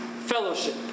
fellowship